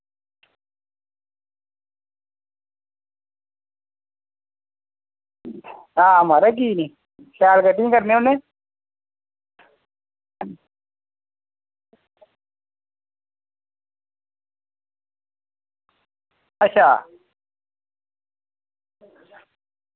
हां महाराज की निं शैल कटिंग करने होन्ने अच्छा